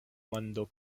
mondo